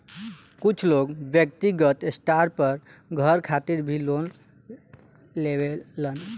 कुछ लोग व्यक्तिगत स्टार पर घर खातिर भी लोन लेवेलन